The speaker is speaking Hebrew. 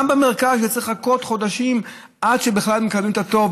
גם במרכז צריך לחכות חודשים עד שבכלל מקבלים את התור,